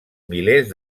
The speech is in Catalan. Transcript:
milers